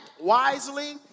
wisely